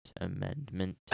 amendment